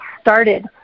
started